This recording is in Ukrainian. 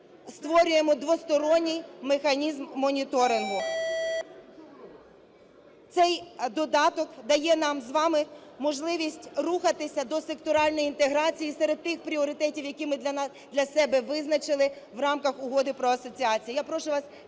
створюємо двосторонній механізм моніторингу. Цей додаток дає нам з вами можливість рухатися до секторальної інтеграції серед тих пріоритетів, які ми для себе визначили в рамках Угоди про асоціацію.